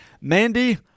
Mandy